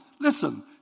listen